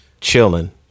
chilling